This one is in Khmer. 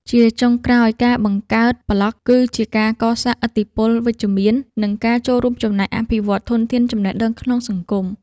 ជាចុងក្រោយ ការបង្កើតប្លក់គឺជាការកសាងឥទ្ធិពលវិជ្ជមាន និងការចូលរួមចំណែកអភិវឌ្ឍធនធានចំណេះដឹងក្នុងសង្គម។